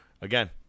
Again